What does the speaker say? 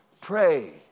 pray